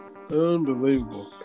unbelievable